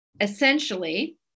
essentially